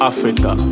Africa